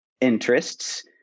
interests